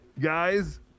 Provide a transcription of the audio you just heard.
guys